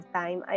time